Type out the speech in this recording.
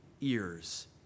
ears